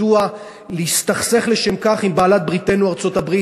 מדוע להסתכסך לשם כך עם בעלת-בריתנו ארצות-הברית?